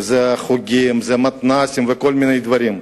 זה חוגים, זה מתנ"סים וכל מיני דברים.